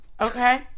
Okay